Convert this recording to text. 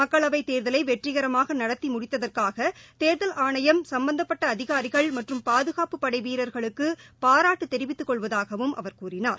மக்களவை தேர்தலை வெற்றிகரமாக நடத்தி முடித்ததற்காக தேர்தல் ஆணையம் சும்பந்தப்பட்ட அதிகாரிகள் மற்றும் பாதுகாப்பு படைவீரர்களுக்கு பாராட்டு தெரிவித்துக் கொள்வதாகவும் அவர் கூறினார்